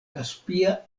kaspia